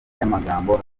y’amagambo